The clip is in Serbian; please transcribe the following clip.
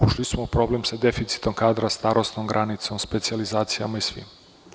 Ušli smo u problem sa deficitom kadra, starosnom granicom, specijalizacijom i svim.